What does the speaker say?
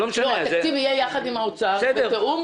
התקציב יהיה ביחד עם משרד האוצר, בתיאום.